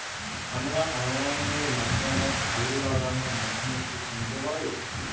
আমরা অনলাইনের মাধ্যমে আলু লাগানো মেশিন কি কিনতে পারি?